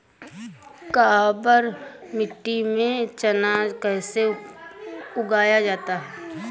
काबर मिट्टी में चना कैसे उगाया जाता है?